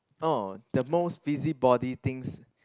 oh the most busybody things